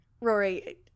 Rory